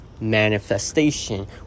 manifestation